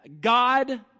God